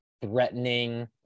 threatening